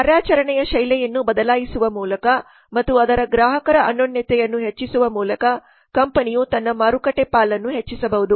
ಕಾರ್ಯಾಚರಣೆಯ ಶೈಲಿಯನ್ನು ಬದಲಾಯಿಸುವ ಮೂಲಕ ಮತ್ತು ಅದರ ಗ್ರಾಹಕರ ಅನ್ಯೋನ್ಯತೆಯನ್ನು ಹೆಚ್ಚಿಸುವ ಮೂಲಕ ಕಂಪನಿಯು ತನ್ನ ಮಾರುಕಟ್ಟೆ ಪಾಲನ್ನು ಹೆಚ್ಚಿಸಬಹುದು